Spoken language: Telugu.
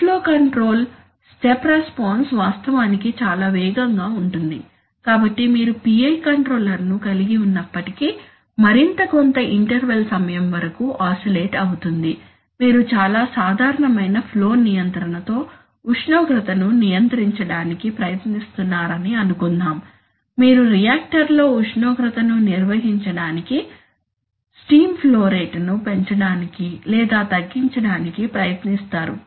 ఇన్ఫ్లో కంట్రోల్ స్టెప్ రెస్పాన్స్ వాస్తవానికి చాలా వేగంగా ఉంటుంది కాబట్టి మీరు PI కంట్రోలర్ను కలిగి ఉన్నప్పటికీ మరియు కొంత ఇంటర్వెల్ సమయం వరకు ఆసిలేట్ అవుతుంది మీరు చాలా సాధారణమైన ఫ్లో నియంత్రణతో ఉష్ణోగ్రతను నియంత్రించడానికి ప్రయత్నిస్తున్నారని అనుకుందాం మీరు రియాక్టర్లో ఉష్ణోగ్రతను నిర్వహించడానికి స్టీమ్ ఫ్లో రేటును పెంచడానికి లేదా తగ్గించడానికి ప్రయత్నిస్తారు